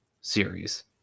series